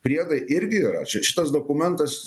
priedai irgi yra čia šitas dokumentas